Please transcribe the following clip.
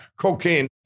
cocaine